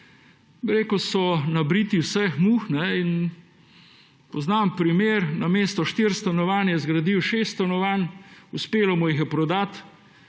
za trg, nabriti vseh muh. Poznam primer, namesto štiri stanovanja je zgradil šest stanovanj, uspelo mu jih je prodati,